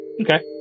Okay